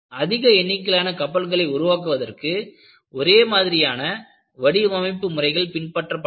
அதிக எண்ணிக்கையிலான கப்பல்களை உருவாக்குவதற்கு ஒரே மாதிரியான வடிவமைப்பு முறைகள் பின்பற்றப்படவில்லை